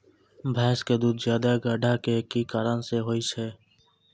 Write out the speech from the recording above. भैंस के दूध ज्यादा गाढ़ा के कि कारण से होय छै?